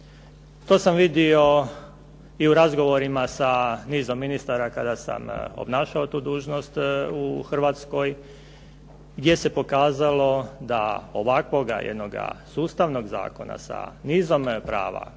To sam vidio i u razgovorima sa nizom ministara kada sam obnašao tu dužnost u Hrvatskoj, gdje se pokazala da ovakvoga jednoga sustavnog zakona sa nizom prava